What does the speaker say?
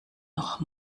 noch